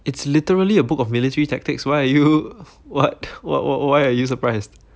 it's literally a book of military tactics why are you what what what why are you surprised